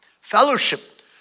Fellowship